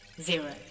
zero